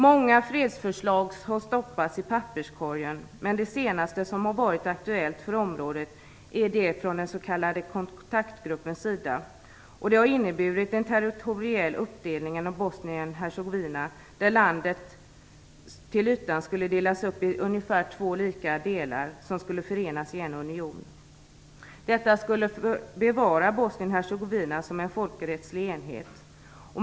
Många fredsförslag har stoppats i papperskorgen, men det senaste som varit aktuellt för området är det från den s.k. kontaktgruppens sida. Det innebär en territoriell uppdelning av Bosnien-Hercegovina, där landet till ytan skulle delas upp i ungefär två lika delar som skulle förenas i en union. Detta skulle bevara Bosnien-Hercegovina som en folkrättslig enhet.